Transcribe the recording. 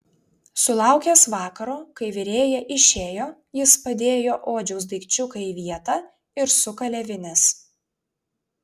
sulaukęs vakaro kai virėja išėjo jis padėjo odžiaus daikčiuką į vietą ir sukalė vinis